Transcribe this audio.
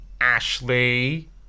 Ashley